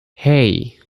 hey